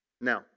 Now